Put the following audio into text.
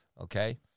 Okay